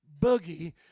boogie